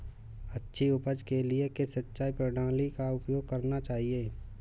अच्छी उपज के लिए किस सिंचाई प्रणाली का उपयोग करना चाहिए?